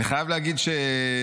אני חייב להגיד בכנות,